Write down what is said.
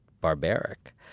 barbaric